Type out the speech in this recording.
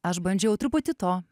aš bandžiau truputį to